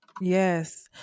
Yes